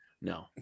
No